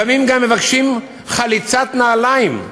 לפעמים מבקשים גם חליצת נעליים,